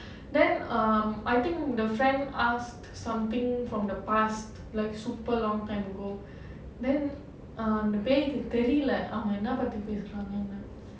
then um I think the friend asked something from the past like super long time ago then ah அந்த பேய்க்கு தெரியல அவங்க என்ன பத்தி பேசறாங்கனு:andha peiyukku theriyala avanga enna pathi pesuraanganu